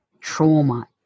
trauma